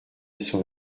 son